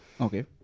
Okay